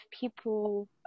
people